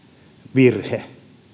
virhe